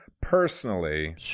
Personally